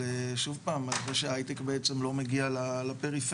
על זה שהייטק בעצם לא מגיע לפריפריה.